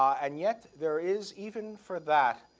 and yet there is, even for that,